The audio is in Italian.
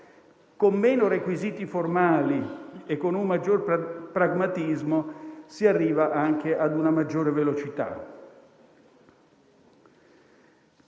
con meno requisiti formali e un maggior pragmatismo si arriva anche a una maggiore velocità.